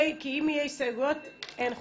כי אם יהיו הסתייגויות, אין חוק.